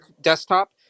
desktop